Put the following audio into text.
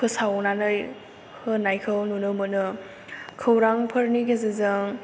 फोसावनानै होनायखौ नुनो मोनो खौरां फोरनि गेजेरजों